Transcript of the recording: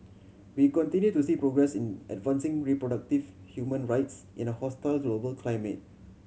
we continue to see progress in advancing reproductive human rights in a hostile global climate